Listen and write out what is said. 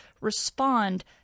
respond